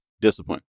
discipline